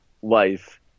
wife